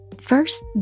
first